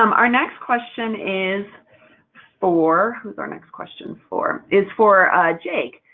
um our next question is for who's our next question for is for jake.